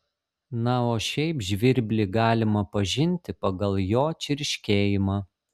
na o šiaip žvirblį galima pažinti pagal jo čirškėjimą